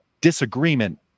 disagreement